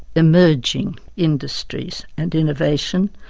emerging industries and innovation,